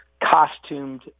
costumed